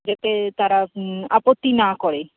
যাতে তারা আপত্তি না করে